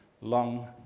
long